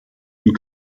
und